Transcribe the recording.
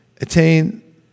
attain